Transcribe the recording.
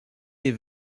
les